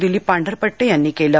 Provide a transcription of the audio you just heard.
दिलीप पांढरपट्टे यांनी केलं